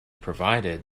provided